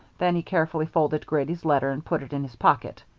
then he carefully folded grady's letter and put it in his pocket.